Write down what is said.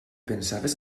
pensaves